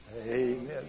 Amen